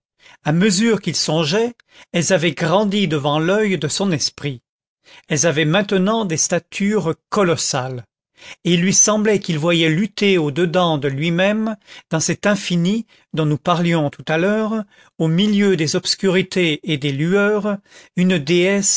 à mesure qu'il songeait elles avaient grandi devant l'oeil de son esprit elles avaient maintenant des statures colossales et il lui semblait qu'il voyait lutter au dedans de lui-même dans cet infini dont nous parlions tout à l'heure au milieu des obscurités et des lueurs une déesse